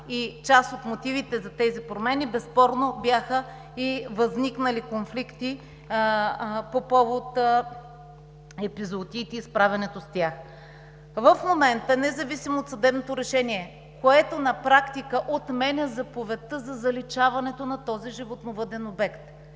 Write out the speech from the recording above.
и част от мотивите за тези промени безспорно бяха и възникнали конфликти по повод епизотиите и справянето с тях. В момента независимо от съдебното решение, което на практика отменя заповедта за заличаването на този животновъден обект,